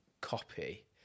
copy